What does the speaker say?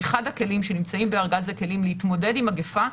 אחד הכלים שנמצאים בארז הכלים להתמודד עם המגפה.